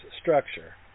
structure